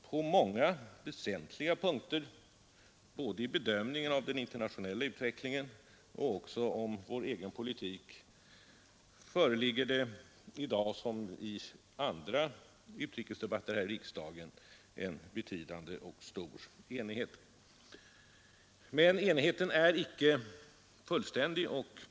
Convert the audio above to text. På många väsentliga punkter i bedömningen både av den internationella utvecklingen och av vår egen politik föreligger det i dag liksom vid andra utrikesdebatter här i riksdagen en betydande och stor enighet. Men enigheten är icke fullständig.